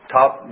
top